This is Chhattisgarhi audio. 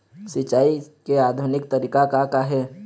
सिचाई के आधुनिक तरीका का का हे?